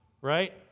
Right